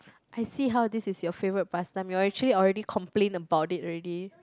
I see how this is your favourite pass time you actually already complained about it already